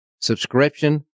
Subscription